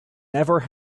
never